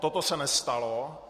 Toto se nestalo.